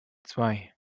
zwei